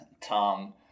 Tom